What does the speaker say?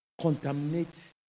contaminate